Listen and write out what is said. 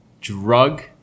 drug